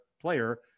player